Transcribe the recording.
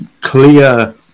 clear